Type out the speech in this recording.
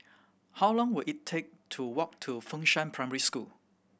how long will it take to walk to Fengshan Primary School